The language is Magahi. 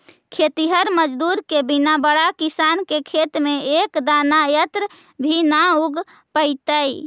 खेतिहर मजदूर के बिना बड़ा किसान के खेत में एक दाना अन्न भी न उग पइतइ